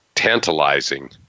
tantalizing